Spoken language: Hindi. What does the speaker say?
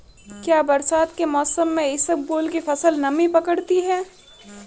क्या बरसात के मौसम में इसबगोल की फसल नमी पकड़ती है?